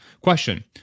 question